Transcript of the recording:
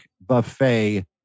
buffet